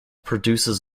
produces